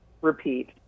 repeat